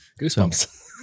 goosebumps